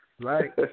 Right